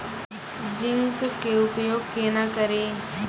Zinc के उपयोग केना करये?